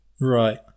Right